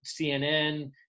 CNN